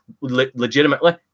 legitimately